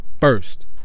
first